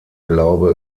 glaube